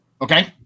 Okay